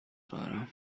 دارم